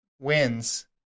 wins